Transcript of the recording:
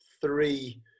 three